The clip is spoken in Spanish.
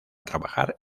trabajar